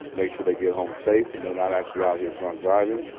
make sure they get home safe and they're not actually out here drunk driving.